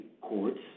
courts